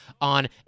on